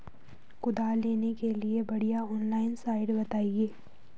कुदाल लेने के लिए बढ़िया ऑनलाइन साइट बतायें?